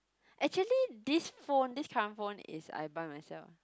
actually this phone this tram phone is I buy myself